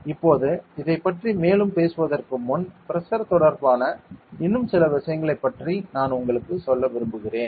இப்போது இதைப் பற்றி மேலும் பேசுவதற்கு முன் பிரஷர் தொடர்பான இன்னும் சில விஷயங்களைப் பற்றி நான் உங்களுக்குச் சொல்ல விரும்புகிறேன்